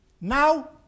Now